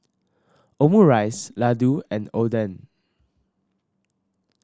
Omurice Ladoo and Oden